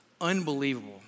Unbelievable